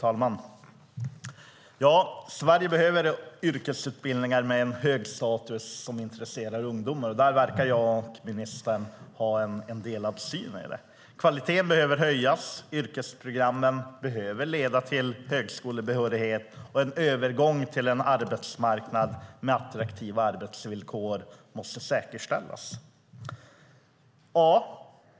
Fru talman! Sverige behöver yrkesutbildningar med hög status som intresserar ungdomar. Där verkar jag och ministern ha en delad syn. Kvaliteten behöver höjas. Yrkesprogrammen behöver leda till högskolebehörighet, och en övergång till en arbetsmarknad med attraktiva arbetsvillkor måste säkerställas.